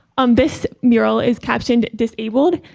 um this mural is captioned disabled.